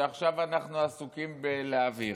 שעכשיו אנחנו עסוקים בלהעביר.